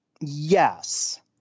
yes